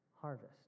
harvest